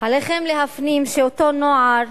עליכם להפנים שאותו נוער